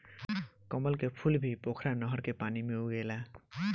कमल के फूल भी पोखरा नहर के पानी में उगेला